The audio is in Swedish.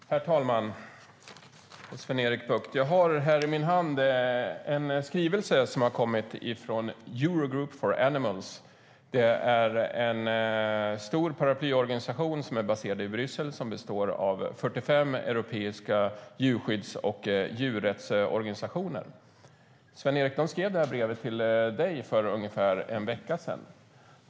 Herr talman! Jag har här i min hand en skrivelse som har kommit från Eurogroup for Animals, en stor paraplyorganisation baserad i Bryssel som består av 45 europeiska djurskydds och djurrättsorganisationer. De skrev det här brevet till dig, Sven-Erik Bucht, för ungefär en vecka sedan.